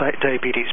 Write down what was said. diabetes